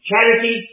Charity